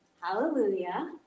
hallelujah